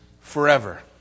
forever